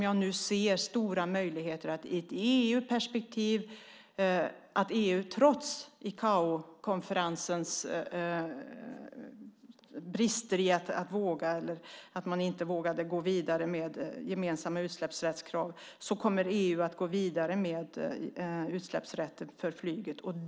Jag ser stora möjligheter att EU, trots ICAO-konferensens brister där man inte vågade gå vidare med gemensamma utsläppsrättskrav, kommer att gå vidare med utsläppsrätter för flyget.